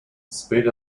speed